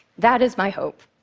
that is my hope.